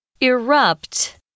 erupt